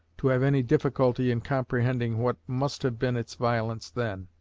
to have any difficulty in comprehending what must have been its violence then.